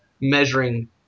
measuring